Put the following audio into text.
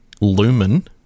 lumen